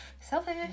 selfish